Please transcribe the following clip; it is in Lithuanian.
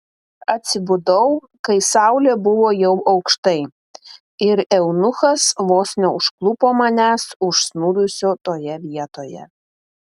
atsibudau kai saulė buvo jau aukštai ir eunuchas vos neužklupo manęs užsnūdusio toje vietoje